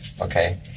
Okay